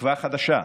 תקווה חדשה,